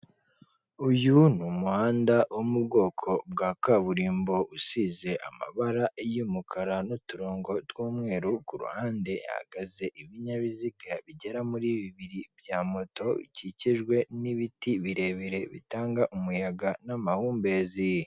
Uyu ni umuhanda wo mu bwoko bwa kaburimbo usize amabara y'umukara n'uturongo tw'umweru, ku ruhande hahagaze ibinyabiziga bigera muri bibiri bya moto, bikikijwe n'ibiti birebire bitanga umuyaga n'amahumbezi.